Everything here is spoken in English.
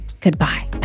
Goodbye